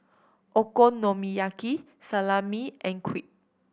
Okonomiyaki Salami and Crepe